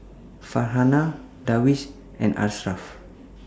Farhanah Darwish and Ashraf